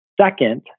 Second